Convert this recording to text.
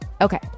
Okay